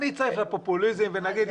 אני אצטרף את הפופוליזם ואגיד,